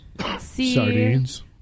sardines